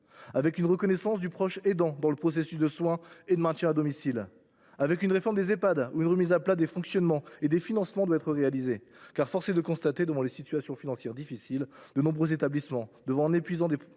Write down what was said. avec une reconnaissance du proche aidant dans le processus de soins et de maintien à domicile ; avec une réforme des Ehpad ou une remise à plat des fonctionnements et des financements. En effet, force est de le constater, face aux situations financières difficiles de nombreux établissements, face à l’épuisement des professionnels,